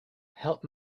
help